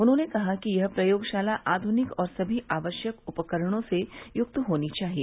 उन्होंने कहा कि यह प्रयोगशाला आधुनिक और सभी आवश्यक उपकरणों से युक्त होनी चाहिए